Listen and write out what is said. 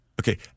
Okay